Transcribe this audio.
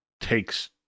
takes